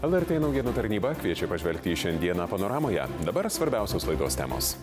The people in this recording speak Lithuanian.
lrt naujienų tarnyba kviečia pažvelgti į šiandieną panoramoje dabar svarbiausios laidos temos